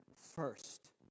first